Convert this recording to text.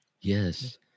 Yes